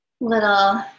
little